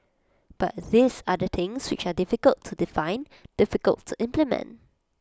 but these are the things which are difficult to define difficult to implement